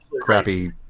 crappy